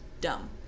dumb